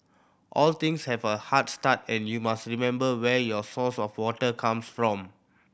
all things have a hard start and you must remember where your source of water comes from